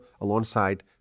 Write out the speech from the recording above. alongside